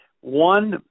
one